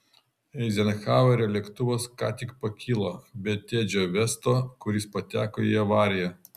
eizenhauerio lėktuvas ką tik pakilo be tedžio vesto kuris pateko į avariją